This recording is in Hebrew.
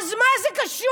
אז מה זה קשור,